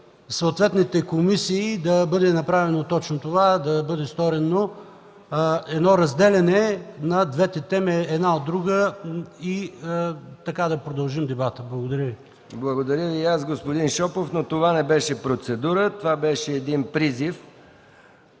съответните комисии да бъде направено точно това, да бъде сторено едно разделяне на двете теми една от друга и да продължим дебата. Благодаря. ПРЕДСЕДАТЕЛ МИХАИЛ МИКОВ: Благодаря Ви и аз, господин Шопов, но това не беше процедура. Това беше призив